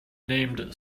named